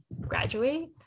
graduate